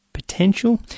Potential